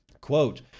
Quote